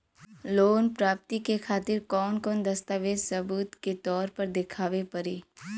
Loan प्राप्ति के खातिर कौन कौन दस्तावेज सबूत के तौर पर देखावे परी?